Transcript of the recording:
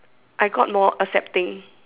I got more accepting